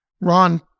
Ron